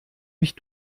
mich